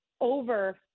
over